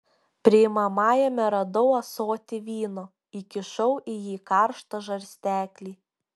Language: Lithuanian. priimamajame radau ąsotį vyno įkišau į jį karštą žarsteklį